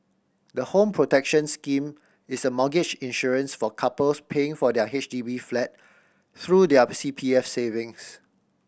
the Home Protection Scheme is a mortgage insurance for couples paying for their H D B flat through their C P F savings